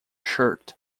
shirt